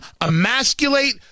emasculate